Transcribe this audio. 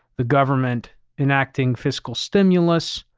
the government enacting fiscal stimulus,